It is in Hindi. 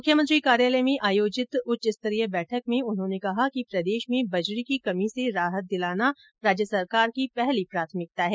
मुख्यमंत्री कार्यालय में आयोजित एक उच्च स्तरीय बैठक में उन्होने कहा कि प्रदेश में बजरी की कमी से राहत दिलाना राज्य सरकार की पहली प्राथमिकता हैं